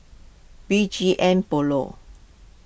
B G M Polo